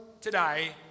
today